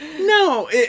No